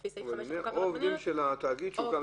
לפי סעיף 5 לחוק העבירות המינהליות --- "או עובד של תאגיד שהוקם